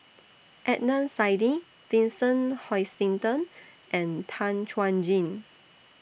Adnan Saidi Vincent Hoisington and Tan Chuan Jin